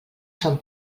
son